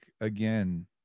again